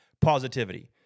Positivity